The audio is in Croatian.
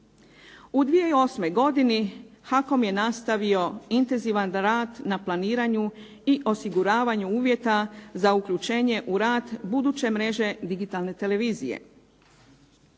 U 2008. godini HAKOM je nastavio intenzivan rad na planiranju i osiguravanju uvjeta za uključenje u rad buduće mreže digitalne televizije.